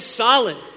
solid